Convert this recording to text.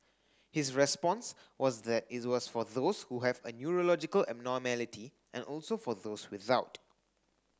his response was that it was for those who have a neurological abnormality and also for those without